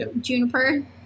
juniper